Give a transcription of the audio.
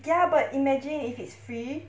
ya but imagine if it's free